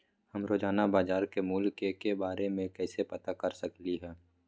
हम रोजाना बाजार के मूल्य के के बारे में कैसे पता कर सकली ह?